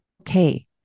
okay